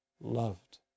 loved